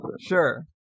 sure